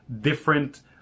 different